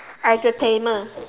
entertainment